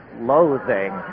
loathing